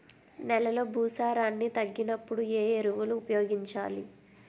నెలలో భూసారాన్ని తగ్గినప్పుడు, ఏ ఎరువులు ఉపయోగించాలి?